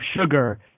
sugar